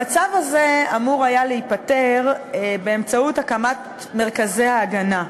המצב הזה אמור היה להיפתר באמצעות הקמת מרכזי הגנה.